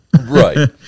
Right